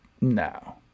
no